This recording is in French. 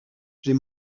j’ai